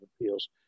Appeals